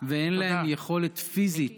ושאין להם יכולת פיזית